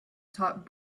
taught